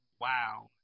wow